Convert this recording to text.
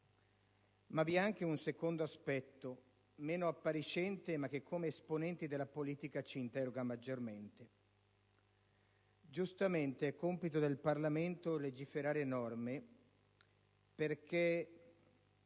Vi è anche un secondo aspetto, meno appariscente ma che come esponenti della politica ci interroga maggiormente. Giustamente, è compito del Parlamento legiferare perché